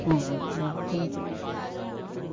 आं आं बरें थँक्यू